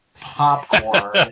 popcorn